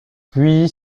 puis